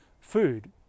food